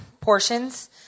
portions